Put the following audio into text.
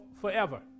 forever